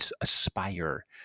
aspire